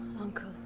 uncle